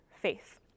faith